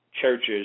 churches